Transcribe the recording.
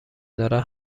دارند